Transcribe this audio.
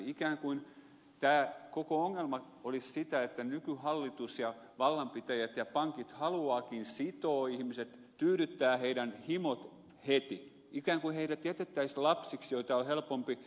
ikään kuin tämä koko ongelma olisi sitä että nykyhallitus ja vallanpitäjät ja pankit haluavatkin sitoa ihmiset tyydyttää heidän himonsa heti ikään kuin heidät jätettäisiin lapsiksi joita on helpompi ed